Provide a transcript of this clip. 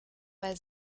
bei